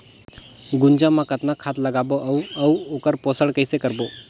गुनजा मा कतना खाद लगाबो अउ आऊ ओकर पोषण कइसे करबो?